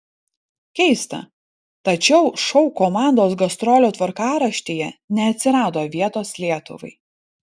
keista tačiau šou komandos gastrolių tvarkaraštyje neatsirado vietos lietuvai